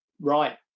right